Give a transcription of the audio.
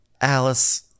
Alice